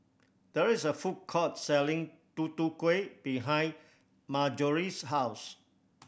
there is a food court selling Tutu Kueh behind Marjory's house